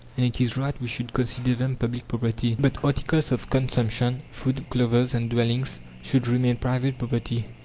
and it is right we should consider them public property. but articles of consumption food, clothes, and dwellings should remain private property.